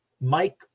Mike